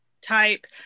type